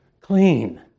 clean